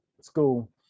school